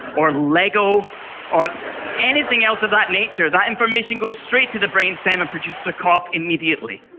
or lego or anything else of that nature, that information goes straight to the brainstem and produces a cough immediately.